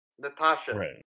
Natasha